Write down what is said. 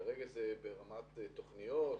כרגע זה ברמת תוכניות,